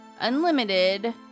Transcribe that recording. unlimited